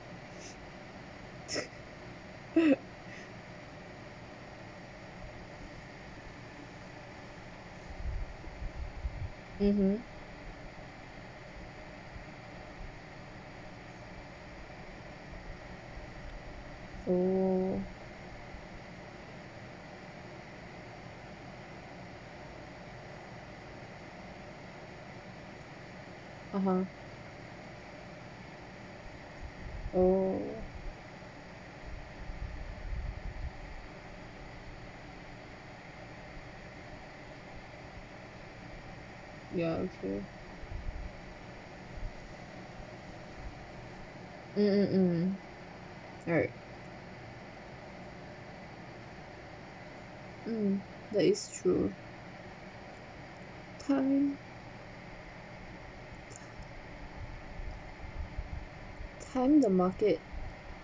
mmhmm oh (uh huh) oh ya okay mm mm mm right mm that is true time time the market